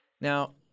Now